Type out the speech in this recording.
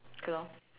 okay lor